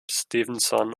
stevenson